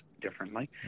differently